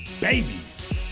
babies